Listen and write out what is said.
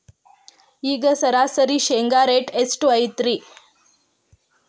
ಈಗ ಸರಾಸರಿ ಶೇಂಗಾ ರೇಟ್ ಎಷ್ಟು ಐತ್ರಿ?